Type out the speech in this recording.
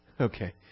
Okay